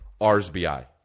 RSBI